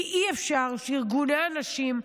כי אי-אפשר שארגוני הנשים,